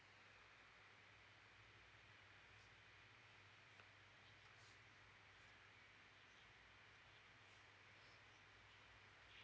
mm